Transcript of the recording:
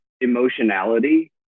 emotionality